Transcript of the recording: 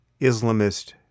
Islamist